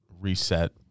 reset